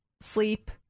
sleep